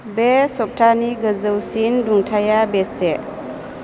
बे सप्तानि गोजौसिन दुंथाया बेसे